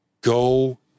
go